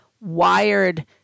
wired